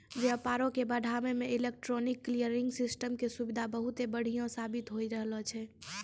व्यापारो के बढ़ाबै मे इलेक्ट्रॉनिक क्लियरिंग सिस्टम के सुविधा बहुते बढ़िया साबित होय रहलो छै